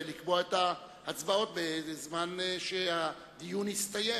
לקבוע את ההצבעות לזמן שהדיון יסתיים.